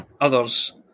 others